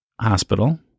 hospital